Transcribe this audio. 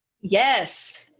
Yes